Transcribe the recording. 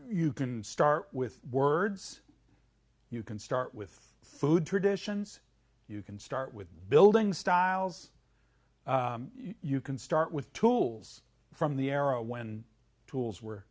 you can start with words you can start with food traditions you can start with building styles you can start with tools from the arrow when tools were